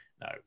no